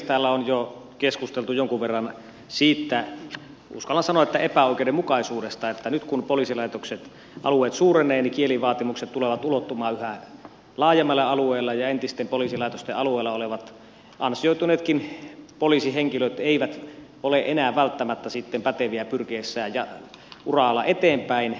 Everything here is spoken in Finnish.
täällä on jo keskusteltu jonkun verran siitä uskallan sanoa epäoikeudenmukaisuudesta että nyt kun poliisilaitosten alueet suurenevat niin kielivaatimukset tulevat ulottumaan yhä laajemmalle alueelle ja entisten poliisilaitosten alueilla olevat ansioituneetkaan poliisihenkilöt eivät ole enää välttämättä päteviä pyrkiessään urallaan eteenpäin